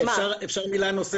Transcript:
אפשר מילה נוספת?